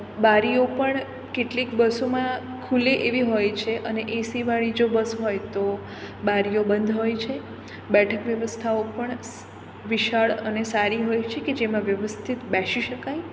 બારીઓ પણ કેટલીક બસોમાં ખૂલે એવી હોય છે અને એસીવાળી જો બસ હોય તો બારીઓ બંધ હોય છે બેઠક વ્યવસ્થાઓ પણ વિશાળ અને સારી હોય છે કે જેમાં વ્યવસ્થિત બેસી શકાય